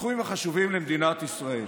בתחומים החשובים למדינת ישראל?